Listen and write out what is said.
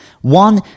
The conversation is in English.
One